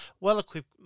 well-equipped